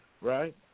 right